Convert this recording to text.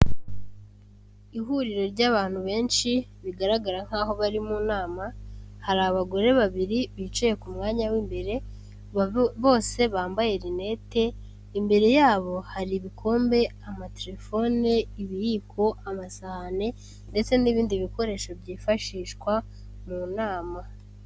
Ihuriro ry'abantu benshi, bigaragara nk'aho bari mu nama, hari abagore babiri bicaye ku mwanya w'imbere, bose bambaye rinete, imbere yabo hari ibikombe, amaterefone, ibiyiko, amasahane ndetse n'ibindi bikoresho byifashishwa mu nama.